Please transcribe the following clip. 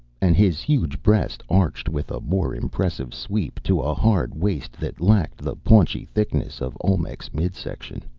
and his huge breast arched with a more impressive sweep to a hard waist that lacked the paunchy thickness of olmec's midsection.